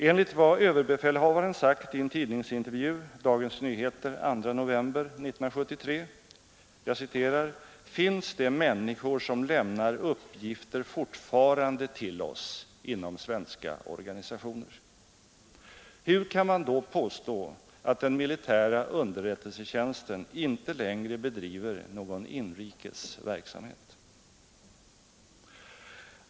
Enligt vad överbefälhavaren sagt i en tidningsintervju i Dagens Nyheter den 2 november 1973 ”finns det människor som lämnar uppgifter fortfarande till oss” inom svenska organisationer. Hur kan man då påstå att den militära underrättelsetjänsten inte längre bedriver någon inrikes verksamhet?